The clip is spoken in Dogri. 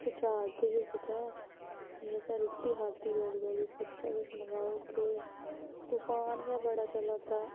अस जा दे हे कुतै नेईं असें रुट्टी खाद्धी तौली तौली सोचेआ किश मंगाउड़गे तुफान गै बड़ा चला दा